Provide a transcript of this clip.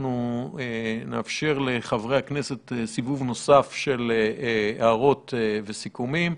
אנחנו נאפשר לחברי הכנסת סיבוב נוסף של הערות וסיכומים.